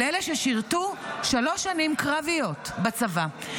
לאלה ששירתו שלוש שנים קרביות בצבא,